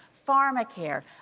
pharmacare,